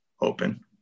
open